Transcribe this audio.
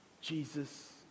Jesus